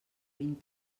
vint